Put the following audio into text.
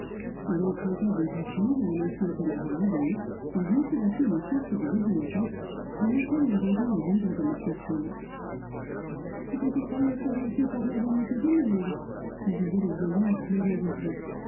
il emprunta des outils à un ancien camarade et eut bientôt bâti une sorte de bibliothèque dans laquelle il rangea les livres de m chélan je te croyais corrompu par la vanité du monde lui disait le vieillard pleurant de joie